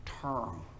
term